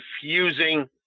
confusing